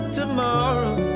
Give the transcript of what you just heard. tomorrow